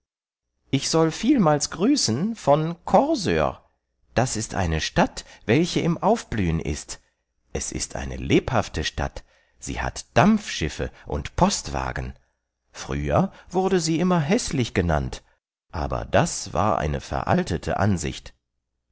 ich soll vielmals grüßen von corsör das ist eine stadt welche im aufblühen ist es ist eine lebhafte stadt sie hat dampfschiffe und postwagen früher wurde sie immer häßlich genannt aber das war eine veraltete ansicht